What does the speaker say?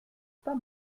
pas